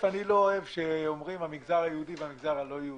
אוהב כשאומרים המגזר היהודי והמגזר הלא יהודי.